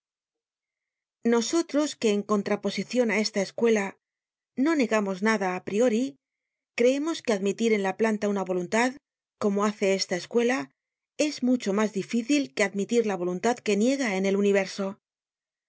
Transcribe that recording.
nosotros que en contraposicion á esta escuela no negamos nada a prior i creemos que admitir en la planta una voluntad como hace esta escuela es mucho mas difícil que admitir la voluntad que niega en el universo